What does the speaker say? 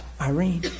Irene